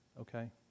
okay